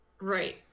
right